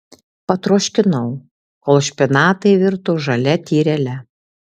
patroškinau kol špinatai virto žalia tyrele